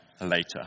later